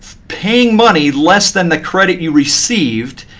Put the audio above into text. paying money less than the credit you received.